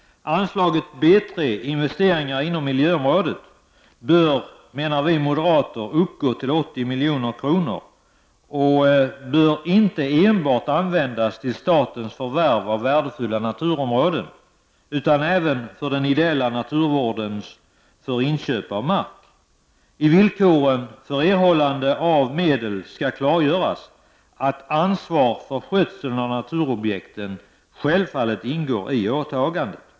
Anslaget B 3 Investeringar inom miljöområdet bör uppgå till 80 milj.kr. och bör inte enbart användas till statens förvärv av värdefulla naturområden utan även till den ideella naturvården för inköp av mark. I villkoren för erhållande av medel skall det klargöras att ansvar för skötseln av naturobjekten självfallet ingår i åtagandet.